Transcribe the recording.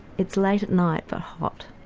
it's late at night but hot.